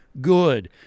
good